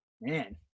Man